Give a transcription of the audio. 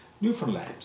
Newfoundland